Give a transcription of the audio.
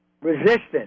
resistance